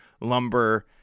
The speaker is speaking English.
Lumber